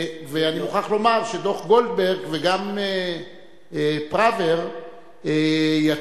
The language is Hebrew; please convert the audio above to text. ואני מוכרח לומר שדוחות גולדברג וגם פראוור יצרו